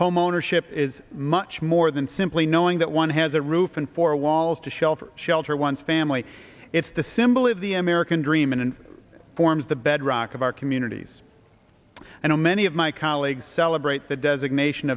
homeownership is much more than simply knowing that one has a roof and four walls to shelter shelter one's family it's the symbol of the american dream and forms the bedrock of our communities and many of my colleagues celebrate the designation